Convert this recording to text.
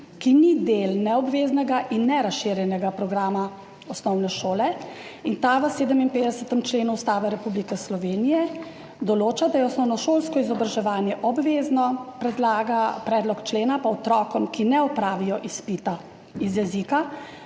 ki ni del neobveznega in ne razširjenega programa osnovne šole. 57. člen Ustave Republike Slovenije določa, da je osnovnošolsko izobraževanje obvezno. Predlog člena pa otrokom, ki ne opravijo izpita iz jezika,